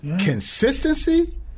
Consistency